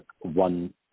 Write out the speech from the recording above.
one